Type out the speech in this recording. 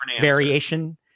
variation